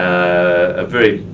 a very,